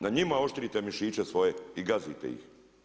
Na njima oštrite mišiće svoje i gazite ih.